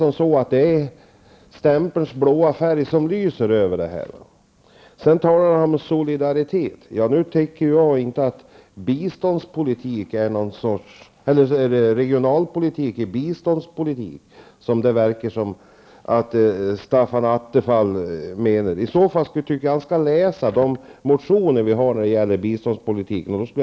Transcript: Det är ändå stämpelns blå färg som lyser över detta. Sedan talade Staffan Attefall om solidaritet. Nu tycker jag ju inte att regionalpolitik är detsamma som någon sorts biståndspolitik, som jag fick intryck av att Staffan Attefall menade. I så fall tycker jag att han skall läsa de motioner om biståndspolitik, som vi har avgivit.